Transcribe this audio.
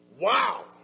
Wow